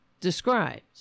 described